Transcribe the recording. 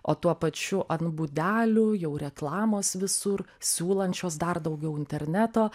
o tuo pačiu ant būdelių jau reklamos visur siūlančios dar daugiau interneto